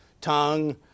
tongue